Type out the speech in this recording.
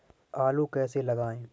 आलू कैसे लगाएँ?